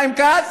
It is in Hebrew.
חיים כץ: